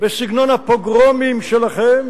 בסגנון הפוגרומים שלכם,